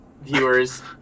viewers